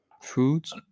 foods